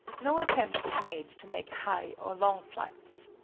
no attempt was made to make high or long flights.